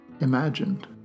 imagined